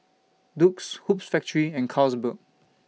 Doux Hoops Factory and Carlsberg